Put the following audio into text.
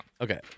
Okay